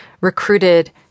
recruited